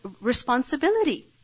responsibility